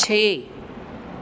ਛੇ